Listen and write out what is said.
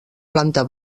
planta